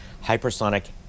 hypersonic